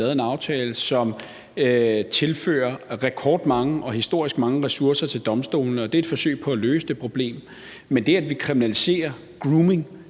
vi har lavet en aftale, som tilfører rekordmange og historisk mange ressourcer til domstolene. Det er et forsøg på at løse det problem. Men det, at vi kriminaliserer grooming,